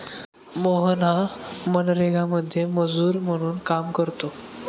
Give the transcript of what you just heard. मोहन हा मनरेगामध्ये मजूर म्हणून काम करतो